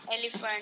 Elephant